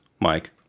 Mike